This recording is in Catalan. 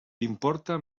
importa